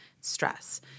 stress